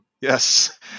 Yes